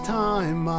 time